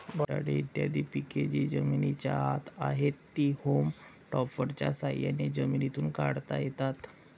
बटाटे इत्यादी पिके जी जमिनीच्या आत आहेत, ती होम टॉपर्सच्या साह्याने जमिनीतून काढता येतात